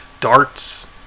darts